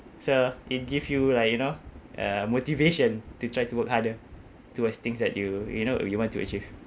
so it gives you like you know uh motivation to try to work harder towards things that you you know you want to achieve